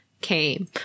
came